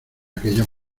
aquella